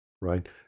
right